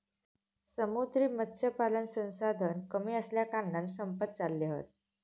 समुद्री मत्स्यपालन संसाधन कमी असल्याकारणान संपत चालले हत